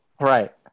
Right